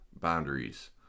boundaries